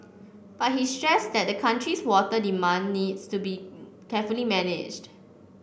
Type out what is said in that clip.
but he stressed that the country's water demand needs to be carefully managed